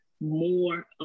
more